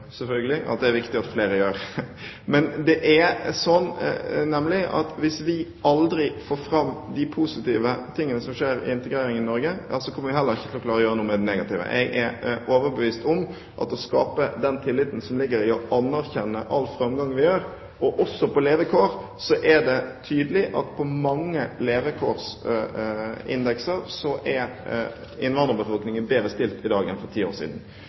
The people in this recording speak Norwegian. viktig at flere gjør. Men hvis vi aldri får fram de positive tingene som skjer i integreringen i Norge, så kommer vi heller ikke til å klare å gjøre noe med de negative. Jeg er overbevist om at ved å skape den tilliten som ligger i å anerkjenne all framgangen vi gjør, også på levekår, blir innvandrerbefolkningen – det er tydelig på mange levekårsindekser – bedre stilt, og er bedre stilt i dag enn for ti år siden.